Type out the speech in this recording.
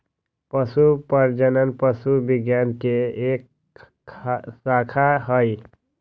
पशु प्रजनन पशु विज्ञान के एक शाखा हई